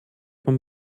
von